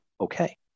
okay